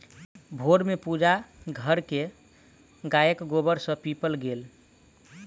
भोर में पूजा घर के गायक गोबर सॅ नीपल गेल